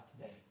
today